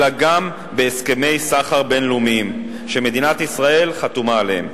אלא גם בהסכמי סחר בין-לאומיים שמדינת ישראל חתומה עליהם.